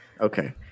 okay